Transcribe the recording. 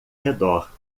redor